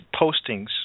postings